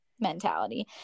mentality